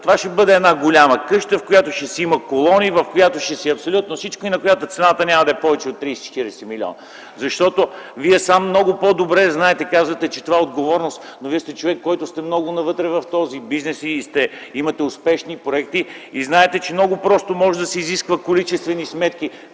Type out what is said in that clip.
казват, ще бъде една голяма къща, в която ще си има колони, в която ще има абсолютно всичко и на която цената няма да е повече от 30-40 милиона. Вие сам много добре знаете и казвате, че това е отговорност. Но Вие сте човек, който е много навътре в този бизнес, имате успешни проекти и знаете, че много просто може да се изискват количествени сметки